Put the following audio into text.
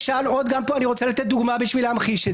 אני רוצה לתת דוגמה בשביל להמחיש את